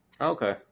Okay